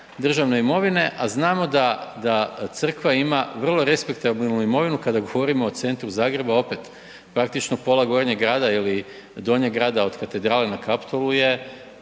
državne imovine, a znamo da Crkva ima vrlo respektabilnu imovinu kada govorimo o centru Zagreba, opet praktično pola Gornjeg grada ili Donjeg grada od katedrale na Kaptolu je